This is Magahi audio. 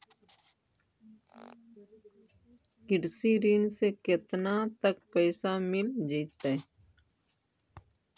कृषि ऋण से केतना तक पैसा मिल जइतै?